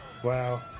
Wow